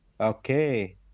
Okay